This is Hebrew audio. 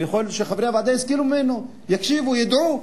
הוא יכול, חברי הוועדה ישכילו ממנו, יקשיבו, ידעו.